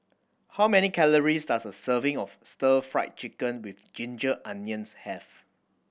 how many calories does a serving of Stir Fry Chicken with ginger onions have